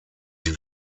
sie